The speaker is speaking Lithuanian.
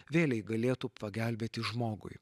vėlei galėtų pagelbėti žmogui